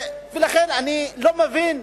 לכן אני לא מבין,